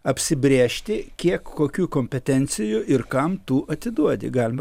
apsibrėžti kiek kokių kompetencijų ir kam tu atiduodi galima